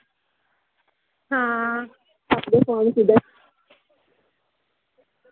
आं